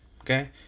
Okay